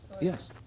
yes